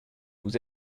vous